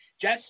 Jess